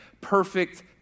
perfect